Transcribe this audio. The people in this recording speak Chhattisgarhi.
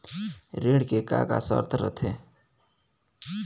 ऋण के का का शर्त रथे?